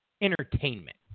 Entertainment